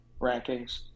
rankings